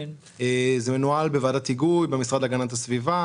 זה מנוהל בוועדת היגוי במשרד להגנת הסביבה.